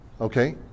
Okay